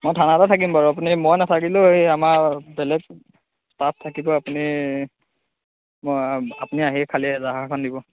মই থানাতে থাকিম বাৰু আপুনি মই নাথাকিলেও সেই আমাৰ বেলেগ ষ্টাফ থাকিব আপুনি আপুনি আহি খালী এজাহাৰখন দিব